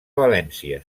valència